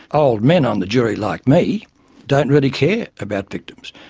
old men on the jury like me don't really care about victims.